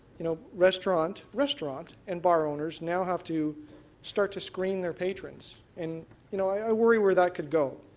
you know restaurant restaurant and bar owners now have to start to screen their patrons. and you know i worry where that could go.